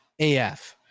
af